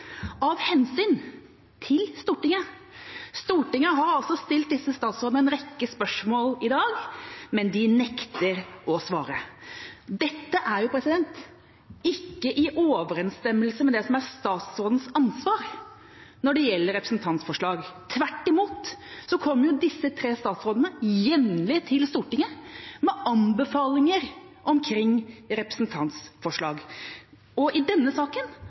av hensyn til Stortinget. Stortinget har altså stilt disse statsrådene en rekke spørsmål i dag, men de nekter å svare. Dette er ikke i overensstemmelse med det som er statsrådens ansvar når det gjelder representantforslag. Tvert imot kommer disse tre statsrådene jevnlig til Stortinget med anbefalinger omkring representantforslag, og i denne saken